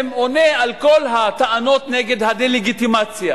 עונה על כל הטענות נגד הדה-לגיטימציה,